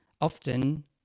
often